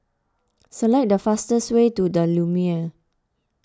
select the fastest way to the Lumiere